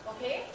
Okay